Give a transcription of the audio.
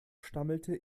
stammelte